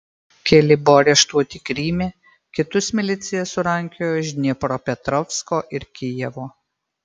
keli buvo areštuoti kryme kitus milicija surankiojo iš dniepropetrovsko ir kijevo